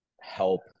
help